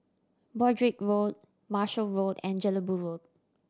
Broadrick Road Marshall Road and Jelebu Road